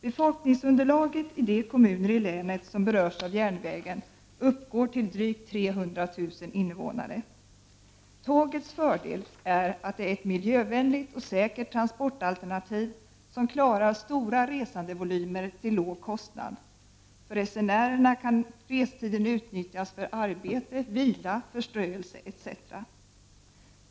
Befolkningsunderlaget i de kommuner i länet som berörs av järnvägen uppgår till drygt 300 000 invånare. Tågets fördel är att det är ett miljövänligt och säkert transportalternativ som klarar stora resandevolymer till låg kostnad. För resenärerna kan restiden utnyttjas för arbete, vila, förströelse etc.